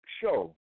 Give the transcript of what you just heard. show